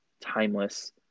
timeless